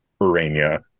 Urania